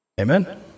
Amen